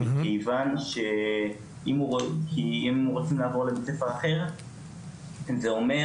כיוון שאם הוא רוצה לעבור לבית ספר אחר זה אומר